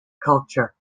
culture